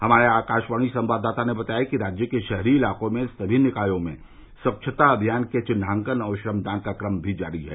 हमारे आकाशवाणी संवाददाता ने बताया कि राज्य के शहरी इलाको में सभी निकायों में स्वच्छता अभियान के विन्हांकन और श्रमदान का क्रम भी जारी है